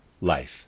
life